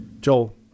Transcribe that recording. Joel